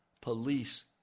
police